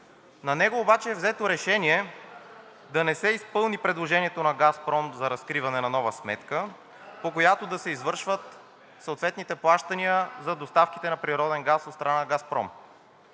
На него обаче е взето решение да не се изпълни предложението на „Газпром“ за разкриване на нова сметка, по която да се извършват съответните плащания за доставките на природен газ от страна на „Газпром“.